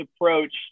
approach